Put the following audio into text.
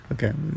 Okay